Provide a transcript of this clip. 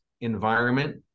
environment